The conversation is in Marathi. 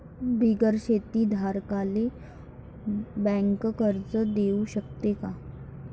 बिगर शेती धारकाले बँक कर्ज देऊ शकते का?